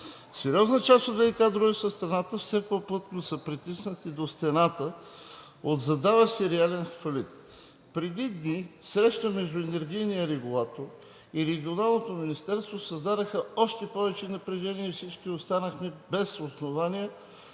Сериозна част от ВиК дружествата в страната все по-плътно са притиснати до стената от задаващ се реален фалит. Преди дни среща между Енергийния регулатор и Регионалното министерство създадоха още повече напрежение и всички останахме без основание